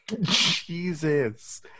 Jesus